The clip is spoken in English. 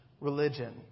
religion